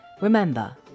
Remember